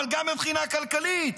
אבל גם מבחינה כלכלית,